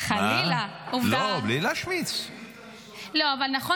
--- לא להשמיץ את תל אביב.